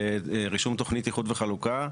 ברישום תוכנית איחוד וחלוקה,